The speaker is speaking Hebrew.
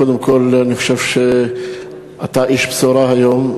קודם כול אני חושב שאתה איש בשורה היום,